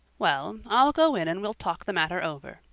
well, i'll go in and we'll talk the matter over,